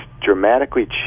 dramatically